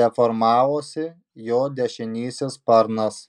deformavosi jo dešinysis sparnas